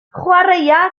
chwaraea